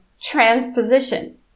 transposition